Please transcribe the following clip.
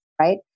right